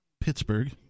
Pittsburgh